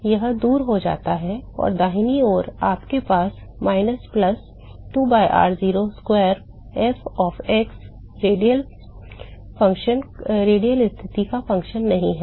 तो यह दूर हो जाता है और दाहिनी ओर आपके पास minus plus 2 by r0 square f of x radial स्थिति का फ़ंक्शन नहीं है